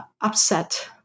upset